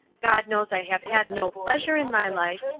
god knows i have had no pleasure in my life,